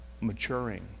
maturing